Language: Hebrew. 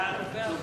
תודה.